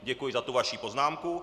Děkuji za vaši poznámku.